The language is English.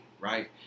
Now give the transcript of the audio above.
right